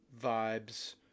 vibes